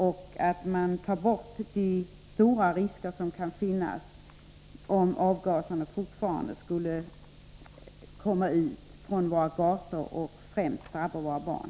Man kan genom ett sådant åtgärdsprogram också undanröja de stora risker som är förknippade med avgaserna på våra gator och främst drabbar våra barn.